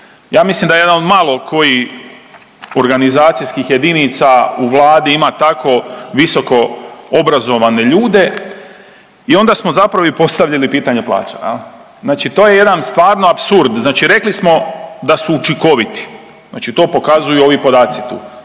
Ja mislim da jedan od malo kojih organizacijskih jedinica u Vladi ima tako visoko obrazovane ljude i onda smo zapravo i postavili pitanje plaća. Znači to je jedan stvarno apsurd, znači rekli smo da su učinkoviti, znači to pokazuju ovi podaci tu,